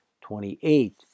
twenty-eight